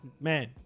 man